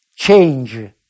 change